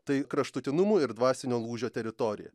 tai kraštutinumų ir dvasinio lūžio teritorija